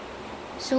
okay